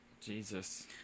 Jesus